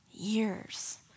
Years